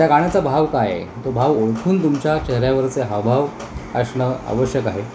त्या गाण्याचा भाव काय आहे तो भाव ओळखून तुमच्या चेहऱ्यावरचा हावभाव असणं आवश्यक आहे